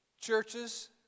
Churches